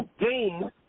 game